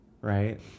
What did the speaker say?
right